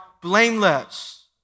blameless